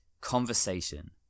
conversation